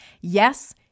Yes